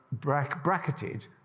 bracketed